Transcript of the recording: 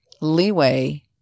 leeway